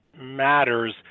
matters